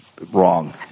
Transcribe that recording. Wrong